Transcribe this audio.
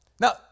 Now